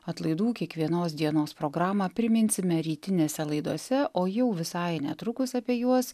atlaidų kiekvienos dienos programą priminsime rytinėse laidose o jau visai netrukus apie juos